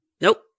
nope